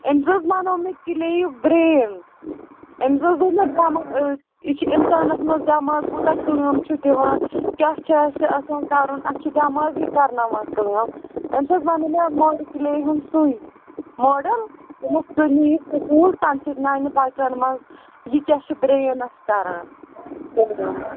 امس حظ بنوٚو مےٚ کلے یُک برین امس حظ دوٚپ مےٚ دماغ یہ چھ انسانَس مَنٛز دماغ کوتاہ کٲم چھُ دِوان کیاہ چھُ اَسہِ آسان کَرُن اسہ چھ دماغے کرناوان کٲم امس حظ بنوٚو مےٚ مَڈ کلے ہُنٛد سُے ماڈل دوٚپمَس ژٕ نہِ یہ سکول تمہ سۭتۍ نَنہِ بَچَن مَنٛز یہِ کیاہ چھ برین اسہ کران